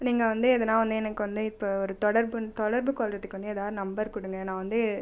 நீங்கள் வந்து எதனா வந்து எனக்கு வந்து இப்போது ஒரு தொடர்பு தொடர்பு கொள்ளுறதுக்கு வந்து ஏதா நம்பர் கொடுங்க நான் வந்து